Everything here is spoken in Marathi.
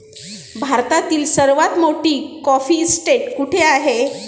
भारतातील सर्वात मोठी कॉफी इस्टेट कुठे आहे?